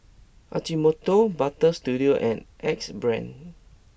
Ajinomoto Butter Studio and Axe Brand